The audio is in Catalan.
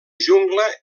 jungla